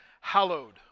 hallowed